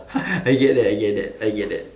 I get that I get that I get that